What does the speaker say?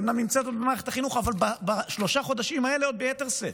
אומנם היא נמצאת במערכת החינוך אבל בשלושה החודשים האלה ביתר שאת.